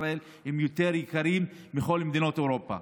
ישראל הם יותר יקרים מבכל מדינות אירופה.